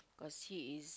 cause he is